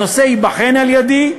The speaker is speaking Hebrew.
הנושא ייבחן על-ידי,